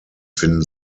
finden